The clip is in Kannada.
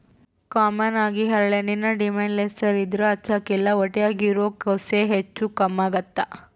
ಕಾಮನ್ ಆಗಿ ಹರಳೆಣ್ಣೆನ ದಿಮೆಂಳ್ಸೇರ್ ಇದ್ರ ಹಚ್ಚಕ್ಕಲ್ಲ ಹೊಟ್ಯಾಗಿರೋ ಕೂಸ್ಗೆ ಹೆಚ್ಚು ಕಮ್ಮೆಗ್ತತೆ